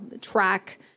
track